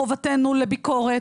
חובתנו לביקורת.